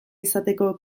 izateko